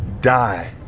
die